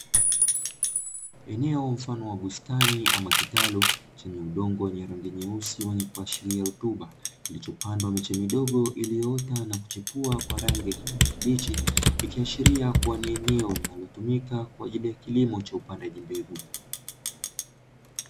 Eneo mfano wa bustani ama kitalu chenye udongo wenye rangi nyeusi wenye kuashiria rutuba kilichopandwa miche midogo iliyoota na kuchipua kwa rangi ya kijani kibichi, ikiashiria kuwa ni eneo linalotumika kwa ajili ya kilimo cha upandaji mbegu.